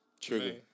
Trigger